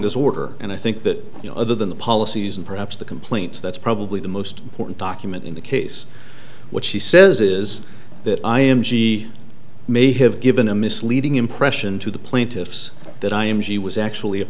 as order and i think that you know other than the policies and perhaps the complaints that's probably the most important document in the case what she says is that i am she may have given a misleading impression to the plaintiffs that i am she was actually a